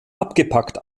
abgepackt